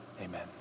amen